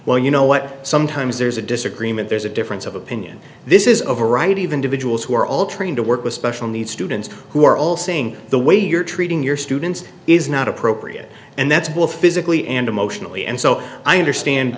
well you know what sometimes there's a disagreement there's a difference of opinion this is a variety of individuals who are all trying to work with special needs students who are all saying the way you're treating your students is not appropriate and that's bull physically and emotionally and so i understand